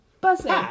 buzzing